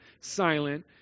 silent